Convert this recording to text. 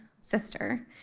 sister